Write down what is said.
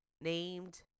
named